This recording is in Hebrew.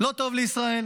לא טוב לישראל?